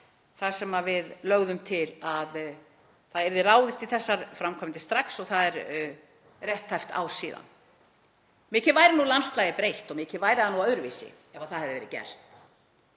þar sem við lögðum til að það yrði ráðist í þessar framkvæmdir strax. Það er rétt tæpt ár síðan. Mikið væri nú landslagið breytt og mikið væri það öðruvísi ef það hefði verið gert